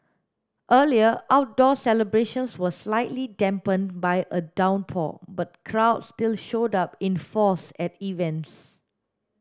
earlier outdoor celebrations were slightly dampened by a downpour but crowds still showed up in force at events